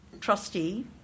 trustee